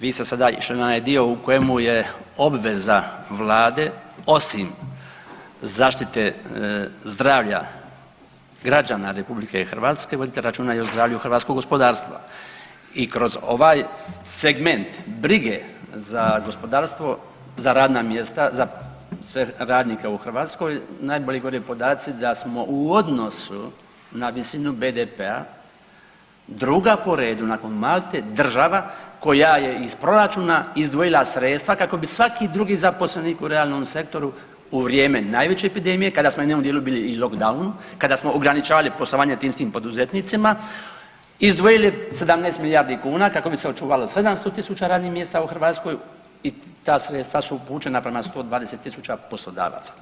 Vi ste sada išli u onaj dio u kojemu je obveza Vlade osim zaštite zdravlja građana RH voditi računa i o zdravlju hrvatskog gospodarstva i kroz ovaj segment brige za gospodarstvo, za radna mjesta, za sve radnike u Hrvatskoj najbolje govori podaci da smo u odnosu na visinu BDP-a druga po redu nakon Malte država koja je iz proračuna izdvojila sredstva kako bi svaki drugi zaposlenik u realnom sektoru u vrijeme najveće epidemije kada smo u jednom dijelu bili i locdown kada smo ograničavali poslovanje tim istim poduzetnicima, izdvojili 17 milijardi kuna kako bi se očuvalo 700 tisuća radnih mjesta u Hrvatskoj i ta sredstva su upućena prema 120 tisuća poslodavaca.